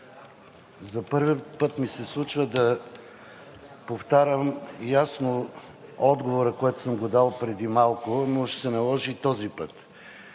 За първи път ми се случва да повтарям ясно отговора, който съм дал преди малко, но ще се наложи и този път.